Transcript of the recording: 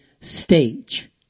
stage